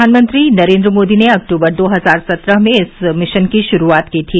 प्रधानमंत्री नरेन्द्र मोदी ने अक्तूबर दो हजार सत्रह में इस मिशन की शुरुआत की थी